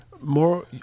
more